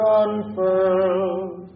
unfurled